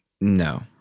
No